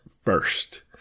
first